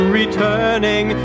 returning